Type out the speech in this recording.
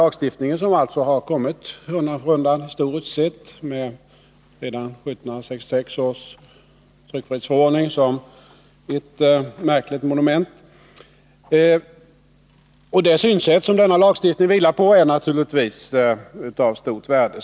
Lagstiftningen har således vuxit fram undan för undan, med 1766 års tryckfrihetsförordning som ett märkligt monument. Det synsätt som denna lagstiftning vilar på är naturligtvis av stort värde.